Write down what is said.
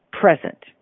present